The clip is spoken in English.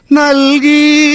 nalgi